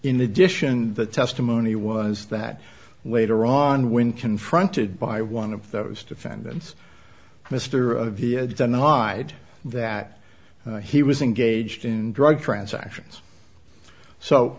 in addition the testimony was that later on when confronted by one of those defendants mr vieja denied that he was engaged in drug transactions so